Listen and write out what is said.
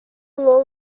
law